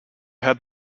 her